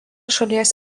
šalies